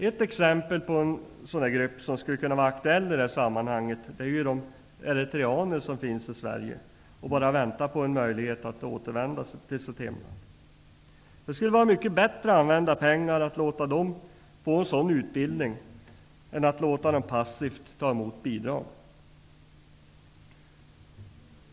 Ett exempel på en grupp som skulle kunna vara aktuell i detta sammanhang är de eritreaner som finns i Sverige och bara väntar på en möjlighet att återvända till sitt hemland. Det skulle vara mycket bättre att använda pengar till att låta dem få en sådan utbildning än att låta dem passivt ta emot bidrag.